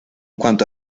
cuanto